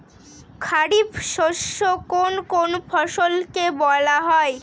খারিফ শস্য কোন কোন ফসলকে বলা হয়?